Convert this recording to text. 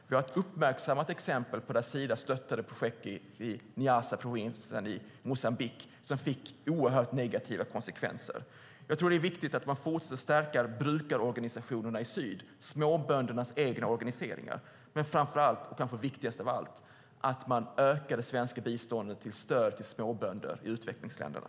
Vi har ett uppmärksammat exempel där Sida stöttade projekt i Niassaprovinsen i Moçambique. Det fick oerhört negativa konsekvenser. Jag tror att det är viktigt att man fortsätter att stärka brukarorganisationerna i syd, småböndernas egna organiseringar. Men kanske viktigast av allt är att man ökar det svenska biståndet till stöd till småbönder i utvecklingsländerna.